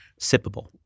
Sippable